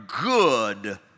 good